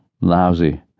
lousy